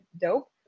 dope